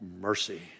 mercy